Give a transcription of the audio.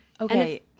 Okay